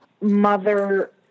mother